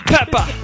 Pepper